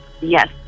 Yes